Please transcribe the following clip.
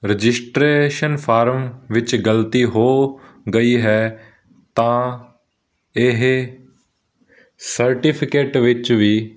registration form ਵਿੱਚ ਗਲਤੀ ਹੋ ਗਈ ਹੈ ਤਾਂ ਇਹ ਸਰਟੀਫਿਕੇਟ ਵਿੱਚ ਵੀ